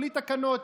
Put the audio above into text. בלי תקנות,